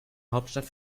hauptstadt